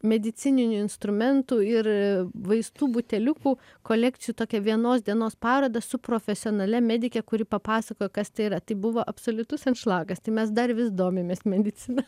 medicininių instrumentų ir vaistų buteliukų kolekcijų tokią vienos dienos parodą su profesionalia medike kuri papasakojo kas tai yra tai buvo absoliutus anšlagas tai mes dar vis domimės medicina